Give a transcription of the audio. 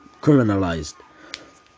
criminalized